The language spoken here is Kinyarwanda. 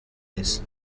isi